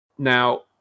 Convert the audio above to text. Now